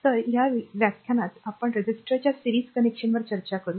तर या व्याख्यानात आपण रेझिस्टरच्या सिरीज कनेक्शनवर चर्चा करू